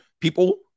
people